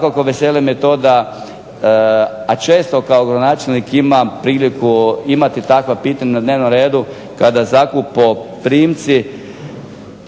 a često kao gradonačelnik imam priliku imati takva pitanja na dnevnom redu kada zakupoprimci